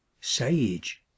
sage